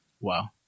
Wow